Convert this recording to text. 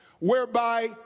whereby